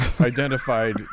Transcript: identified